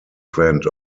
friend